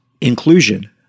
Inclusion